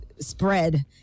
spread